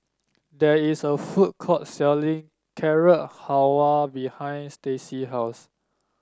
there is a food court selling Carrot Halwa behind Stacey's house